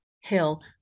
hill